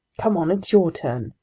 come on, it's your turn,